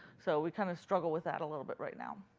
so we kind of struggle with that a little bit right now.